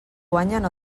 guanyen